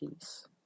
peace